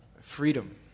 freedom